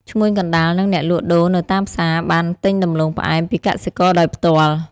ឈ្មួញកណ្ដាល និងអ្នកលក់ដូរនៅតាមផ្សារបានទិញដំឡូងផ្អែមពីកសិករដោយផ្ទាល់។